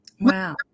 wow